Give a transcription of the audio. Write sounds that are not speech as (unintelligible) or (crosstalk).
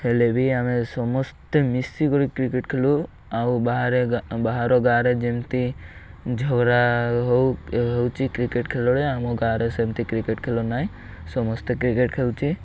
ହେଲେ ବି ଆମେ ସମସ୍ତେ ମିଶିକରି କ୍ରିକେଟ୍ ଖେଳୁ ଆଉ ବାହାରେ ବାହାର ଗାଁରେ ଯେମିତି (unintelligible) ହଉ ହେଉଛି କ୍ରିକେଟ୍ ଖେଳରେ ଆମ ଗାଁରେ ସେମିତି କ୍ରିକେଟ୍ ଖେଳୁ ନାହିଁ ସମସ୍ତେ କ୍ରିକେଟ୍ ଖେଳୁଛି